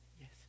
Yes